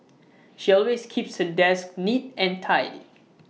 she always keeps her desks neat and tidy